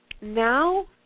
now